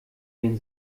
den